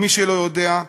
ומי שלא יודע,